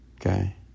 Okay